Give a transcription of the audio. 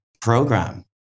program